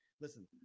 Listen